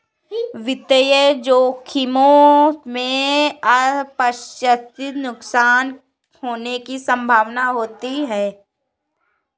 वित्तीय जोखिमों में अप्रत्याशित नुकसान होने की संभावना होती है